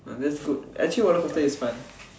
ah that's good actually roller coaster is fun